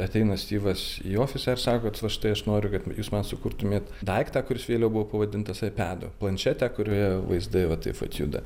ateina styvas į ofisą ir sako kad va štai aš noriu kad jūs man sukurtumėt daiktą kuris vėliau buvo pavadintas aipedu planšetę kurioje vaizdai va taip vat juda